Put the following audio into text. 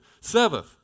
Seventh